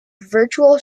virtual